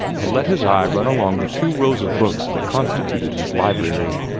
and let his eye run along the two rows of books that constituted his library.